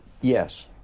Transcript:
Yes